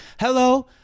Hello